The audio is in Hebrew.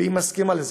והיא מסכימה לזה.